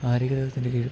ആരോഗ്യ തലത്തിൻ്റെ കീഴിൽ